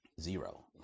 Zero